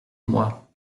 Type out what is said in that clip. moi